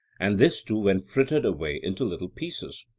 and this too when frittered away into little pieces.